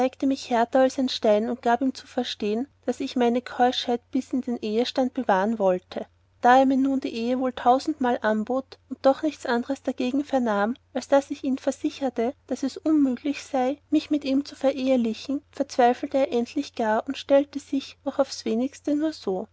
mich härter als ein stein und gab ihm zu verstehen daß ich meine keuschheit bis in ehestand bewahren wollte da er mir nun die ehe wohl tausendmal anbot und doch nichts anders dargegen vernahm als daß ich ihn versicherte daß es unmüglich sei mich mit ihm zu verehlichen verzweifelte er endlich gar oder stellete sich doch aufs wenigste nur so